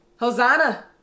Hosanna